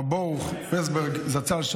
רב ברוך ויסבקר זצ"ל,